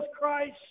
Christ